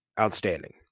outstanding